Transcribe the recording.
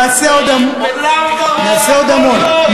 נעשה עוד המון,